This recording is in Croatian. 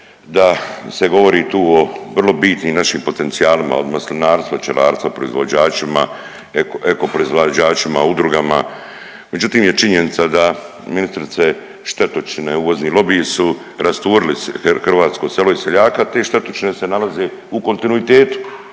da se govori tu o vrlo bitnim našim potencijalima od maslinarstva, pčelarstva, proizvođačima, eko proizvođačima, udrugama, međutim je činjenica da ministrice štetočine i uvozni lobiji su rasturili hrvatsko selo i seljaka, te štetočine se nalaze u kontinuitetu